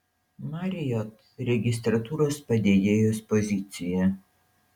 marriott registratūros padėjėjos pozicija